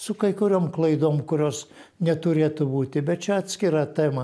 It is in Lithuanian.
su kai kuriom klaidom kurios neturėtų būti bet čia atskira tema